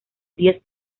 diez